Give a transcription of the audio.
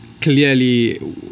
clearly